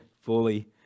fully